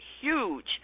huge